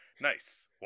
Nice